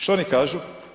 Šta oni kažu?